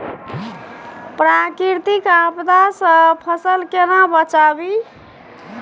प्राकृतिक आपदा सं फसल केना बचावी?